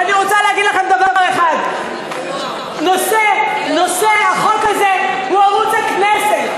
ואני רוצה להגיד לכם דבר אחד: נושא החוק הזה הוא ערוץ הכנסת,